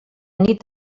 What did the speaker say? nit